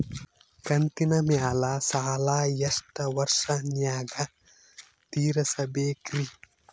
ಕಂತಿನ ಮ್ಯಾಲ ಸಾಲಾ ಎಷ್ಟ ವರ್ಷ ನ್ಯಾಗ ತೀರಸ ಬೇಕ್ರಿ?